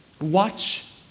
Watch